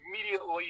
immediately